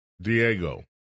Diego